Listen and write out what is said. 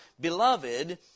Beloved